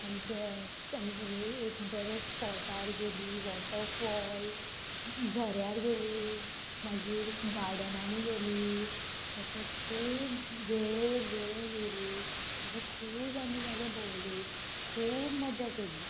आमचे आमी सगळी एक बरे स्पोटार गेली वॉटरफॉल झऱ्यार गेलीं मागीर गार्डनांनी गेलीं अशें खूब वेळेर वेळेर गेलीं अशें खूब आमी जागे भोंवली खूब मजा केली